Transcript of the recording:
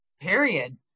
period